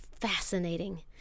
fascinating